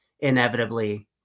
inevitably